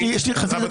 יש לי חצי דקה או לא?